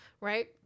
right